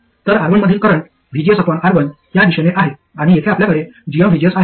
तर R1 मधील current vgsR1 त्या दिशेने आहे आणि येथे आपल्याकडे gmvgs आहेत